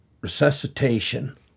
resuscitation